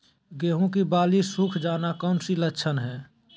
गेंहू की बाली सुख जाना कौन सी लक्षण है?